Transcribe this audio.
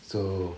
so